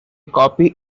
copy